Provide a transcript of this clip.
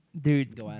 dude